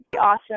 awesome